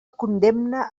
condemna